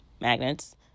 magnets